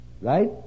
Right